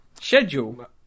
Schedule